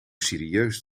serieus